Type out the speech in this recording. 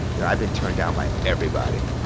you know, i've been turned down by everybody.